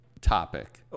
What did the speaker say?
topic